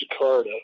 Jakarta